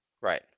Right